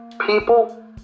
People